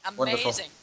Amazing